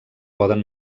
poden